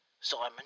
Simon